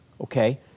okay